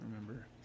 remember